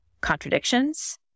contradictions